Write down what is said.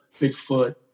Bigfoot